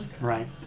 Right